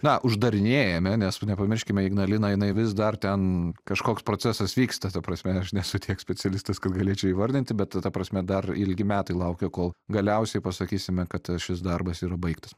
na uždarinėjame nes nepamirškime ignalina jinai vis dar ten kažkoks procesas vyksta ta prasme aš nesu tiek specialistas kad galėčiau įvardinti bet ta prasme dar ilgi metai laukia kol galiausiai pasakysime kad šis darbas yra baigtas